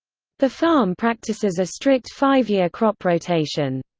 the farm practices a strict five year crop rotation.